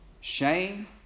shame